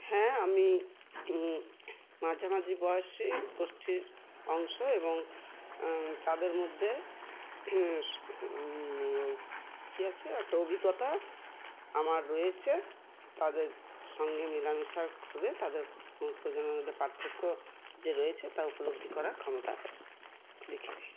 হ্যাঁ আমি মাঝামাঝি বয়সে গোষ্ঠীর অংশ এবং তাদের মধ্যে কী আছে একটা অভিজ্ঞতা আমার রয়েছে তাদের সঙ্গে মেলামেশা করে তাদের প্রজন্মের মধ্যে পার্থক্য যে রয়েছে তা উপলব্ধি করার ক্ষমতা দেখেছি